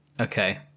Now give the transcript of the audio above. okay